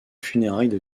funérailles